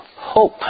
hope